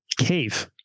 cave